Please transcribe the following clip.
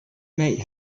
made